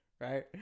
right